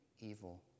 evil